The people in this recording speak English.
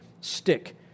stick